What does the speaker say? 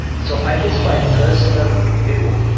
so i guess my personal view,